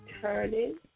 turning